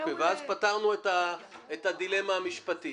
ואז פתרנו את הדילמה המשפטית.